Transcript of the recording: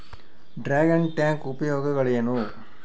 Dragon tank ಉಪಯೋಗಗಳೇನು?